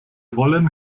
wollen